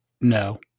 No